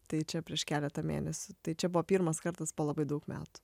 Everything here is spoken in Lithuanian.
tai čia prieš keletą mėnesių tai čia buvo pirmas kartas po labai daug metų